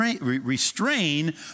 restrain